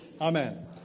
Amen